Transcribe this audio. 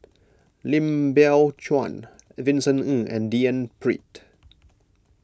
Lim Biow Chuan Vincent Ng and D N Pritt